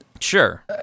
Sure